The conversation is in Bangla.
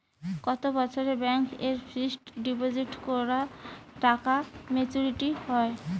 কত বছরে ব্যাংক এ ফিক্সড ডিপোজিট করা টাকা মেচুউরিটি হয়?